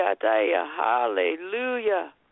hallelujah